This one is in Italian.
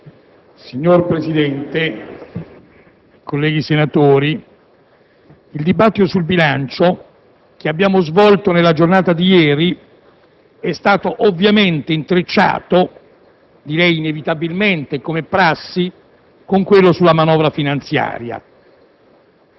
onorevoli colleghi, il dibattito sul bilancio che abbiamo svolto nella giornata di ieri è stato ovviamente intrecciato - inevitabilmente, come è prassi - a quello sulla manovra finanziaria.